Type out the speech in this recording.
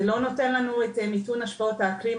זה לא נותן לנו את מיתון השפעות האקלים,